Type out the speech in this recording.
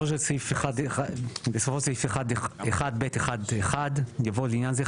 בסופו של 1(ב1)(1) יבוא לעניין זה,